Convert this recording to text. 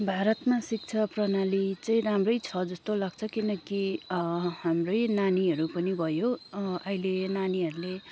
भारतमा शिक्षा प्रणाली चाहिँ राम्रै छ जस्तो लाग्छ किनकि हाम्रै नानीहरू पनि भयो अहिले नानीहरूले